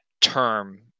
term